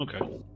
Okay